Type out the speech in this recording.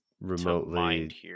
Remotely